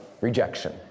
rejection